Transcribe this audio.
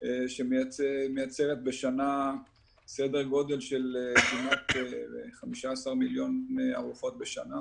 שמייצרת בשנה סדר גודל של כמעט 15 מיליון ארוחות בשנה.